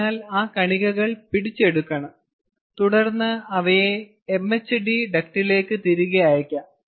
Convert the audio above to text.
അതിനാൽ ആ കണികകൾ പിടിച്ചെടുക്കണം തുടർന്ന് അവയെ MHD ഡക്ടിലേക്ക് തിരികെ അയയ്ക്കാം